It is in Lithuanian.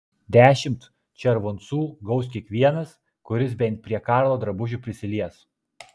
dešimt červoncų gaus kiekvienas kuris bent prie karlo drabužių prisilies